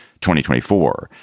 2024